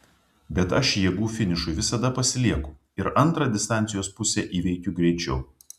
bet aš jėgų finišui visada pasilieku ir antrą distancijos pusę įveikiu greičiau